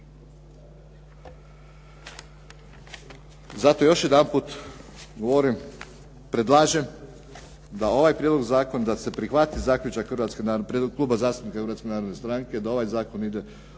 Zato još jedanput govorim, predlažem, da ovaj prijedlog zakona, da se prihvati zaključak, Prijedlog zastupnika Hrvatske narodne stranke da ovaj zakon ide u treće